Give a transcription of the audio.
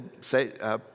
say—